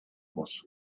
was